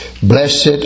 Blessed